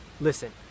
listen